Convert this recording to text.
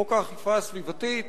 חוק האכיפה הסביבתית,